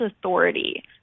authority